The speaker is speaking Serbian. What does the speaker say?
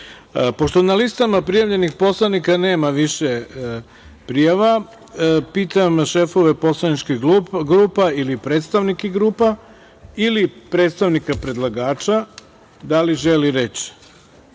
radu. Pošto na listama prijavljenih poslanika nema više prijava, pitam šefove poslaničkih grupa ili predstavnike grupe ili predstavnika predlagača, da li želi